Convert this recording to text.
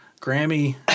Grammy